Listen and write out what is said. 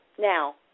Now